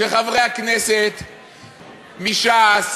שחברי הכנסת מש"ס,